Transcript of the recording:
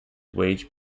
wage